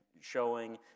showing